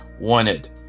wanted